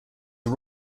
are